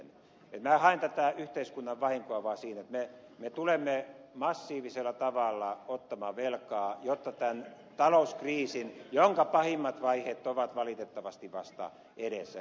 minä haen tätä yhteiskunnan vahinkoa vaan siinä että me tulemme massiivisella tavalla ottamaan velkaa jotta selviämme tästä talouskriisistä jonka pahimmat vaiheet ovat valitettavasti vasta edessä